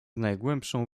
najgłębszą